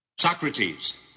Socrates